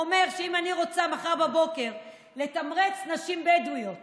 הוא אומר שאם אני רוצה מחר בבוקר לתמרץ נשים בדואיות